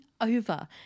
over